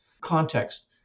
context